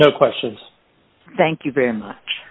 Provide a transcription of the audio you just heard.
no question thank you very much